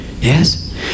yes